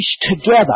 together